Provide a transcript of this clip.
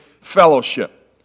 fellowship